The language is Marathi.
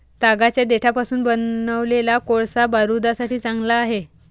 तागाच्या देठापासून बनवलेला कोळसा बारूदासाठी चांगला आहे